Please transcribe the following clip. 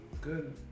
good